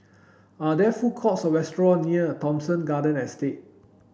are there food courts or restaurant near Thomson Garden Estate